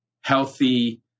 healthy